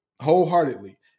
wholeheartedly